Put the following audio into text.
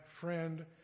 friend